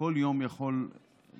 כל יום יכול להימנות,